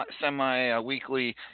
semi-weekly